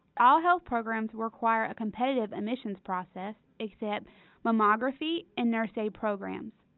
all health programs require a competitive admissions process except mammography and nurse aid programs.